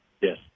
Yes